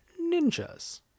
Ninjas